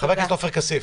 חבר הכנסת עופר כסיף.